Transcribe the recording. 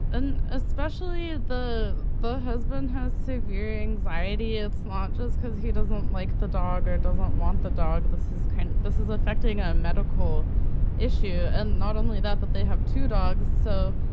and especially if the husband has severe anxiety. it's launches because he doesn't like the dog or doesn't want the dog. this is kind of this is affecting a medical issue. and not only that, but they have two dogs. so,